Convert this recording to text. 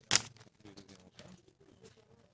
העבודה המאומצת מסביב לשעון.